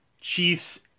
Chiefs